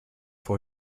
for